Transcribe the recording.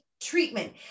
treatment